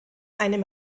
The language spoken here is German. einem